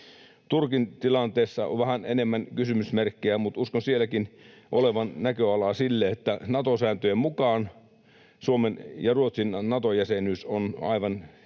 Turkin tilanteessa on vähän enemmän kysymysmerkkejä, mutta uskon sielläkin olevan näköalaa sille, että Nato-sääntöjen mukaan Suomen ja Ruotsin Nato-jäsenyys on aivan